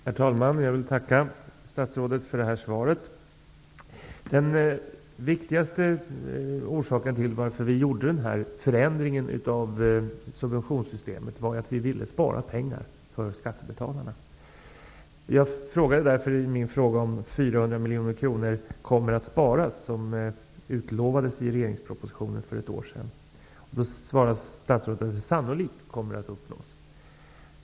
Herr talman! Jag vill tacka statsrådet för svaret. Den viktigaste orsaken till att vi gjorde den här förändringen av subventionssystemet var att vi ville spara pengar åt skattebetalarna. Jag har därför i min interpellation frågat om de 400 miljoner kronor kommer att sparas som utlovades som sparmål i regeringspropositionen för ett år sedan. Statsrådet svarar att det målet sannolikt kommer att uppnås.